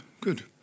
good